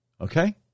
okay